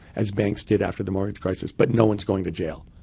as banks did after the mortgage crisis. but no one's going to jail.